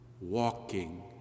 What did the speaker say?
walking